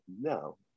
no